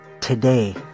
today